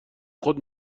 خود